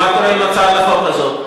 מה קורה עם הצעת החוק הזאת?